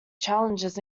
challenges